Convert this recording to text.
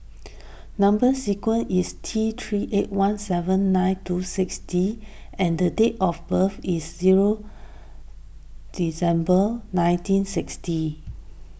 Number Sequence is T three eight one seven nine two six D and the date of birth is zero December nineteen sixty